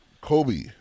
Kobe